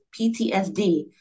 PTSD